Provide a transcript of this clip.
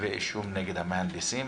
כתבי אישום נגד המהנדסים